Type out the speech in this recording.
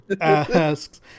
asks